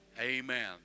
Amen